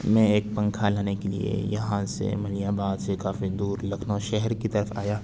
میں ایک پنکھا لانے کے لیے یہاں سے ملیح آباد سے کافی دور لکھنؤ شہر کی طرف آیا